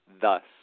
thus